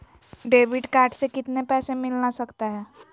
Debit card से कितने पैसे मिलना सकता हैं?